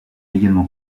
également